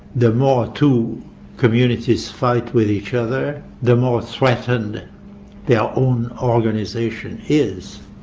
the more two communities fight with each other, the more threatened their own organisation is.